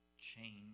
change